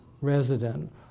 resident